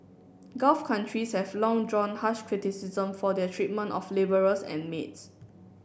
gulf countries have long drawn harsh criticism for their treatment of labourers and maids